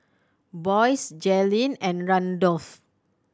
Boyce Jalyn and Randolf